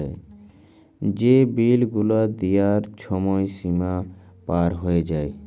যে বিল গুলা দিয়ার ছময় সীমা পার হঁয়ে যায়